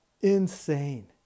Insane